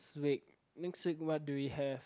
week next week what do we have